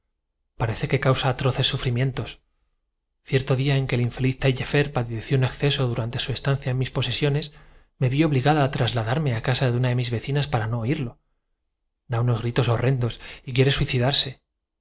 parece que causa atroces sufrimientos ha ejercido usted de verdugo cierto día en que el infeliz taiuefer padeció un acceso durante su después de haber compartido estimulado mi curiosidad me estancia en mis posesiones me vi obligada a trasladarme a casa de viene usted con esas repliqué una de mis vecinas para no oirlo da unos gritos horrendos y quiere